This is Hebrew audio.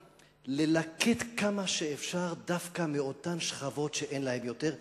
ללקט כמה שאפשר דווקא מאותן שכבות שאין להן יותר.